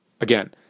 again